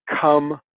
come